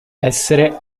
essere